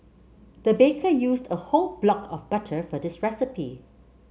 the baker used a whole block of butter for this recipe